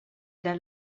dar